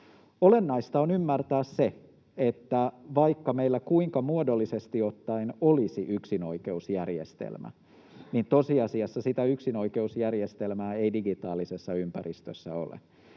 Olennaista on ymmärtää se, että vaikka meillä kuinka muodollisesti ottaen olisi yksinoikeusjärjestelmä, niin tosiasiassa sitä yksinoikeusjärjestelmää ei digitaalisessa ympäristössä ole.